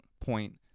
point